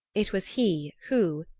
it was he who,